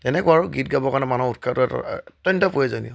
তেনেকুৱা আৰু গীত গাবৰ কাৰণে মানুহৰ উৎসাহটো এটা অত্যন্ত প্ৰয়োজনীয়